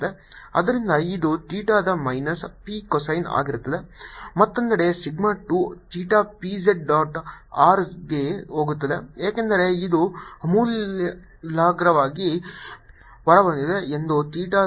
ಆದ್ದರಿಂದ ಇದು ಥೀಟಾದ ಮೈನಸ್ P cosine ಆಗಿರುತ್ತದೆ ಮತ್ತೊಂದೆಡೆ sigma 2 theta P z dot r ಗೆ ಹೋಗುತ್ತದೆ ಏಕೆಂದರೆ ಇದು ಆಮೂಲಾಗ್ರವಾಗಿ ಹೊರಬಂದಿದೆ ಅದು ಥೀಟಾದ P cosine ಆಗಿರುತ್ತದೆ